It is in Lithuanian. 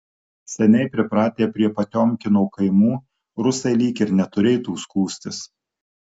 seniai pripratę prie potiomkino kaimų rusai lyg ir neturėtų skųstis